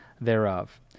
thereof